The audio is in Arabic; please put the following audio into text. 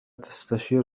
تستشير